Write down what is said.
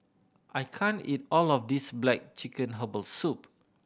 I can't eat all of this black chicken herbal soup